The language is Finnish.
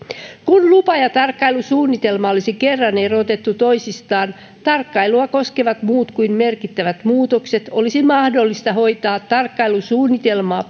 kun lupa ja tarkkailusuunnitelma olisi kerran erotettu toisistaan tarkkailua koskevat muut kuin merkittävät muutokset olisi mahdollista hoitaa tarkkailusuunnitelmaa